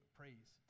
praise